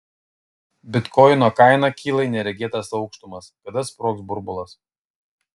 bitkoino kaina kyla į neregėtas aukštumas kada sprogs burbulas